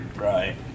Right